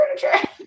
furniture